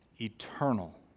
eternal